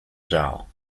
zaal